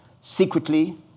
secretly